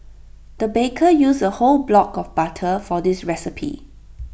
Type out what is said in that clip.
the baker used A whole block of butter for this recipe